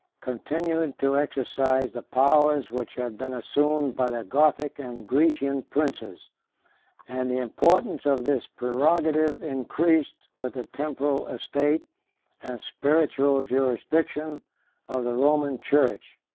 continued to exercise the powers which had been assumed by the gothic and grecian princes and the importance of this prerogative increased with the temporal estate and spiritual jurisdiction of the roman church.